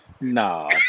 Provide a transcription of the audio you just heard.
Nah